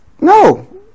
No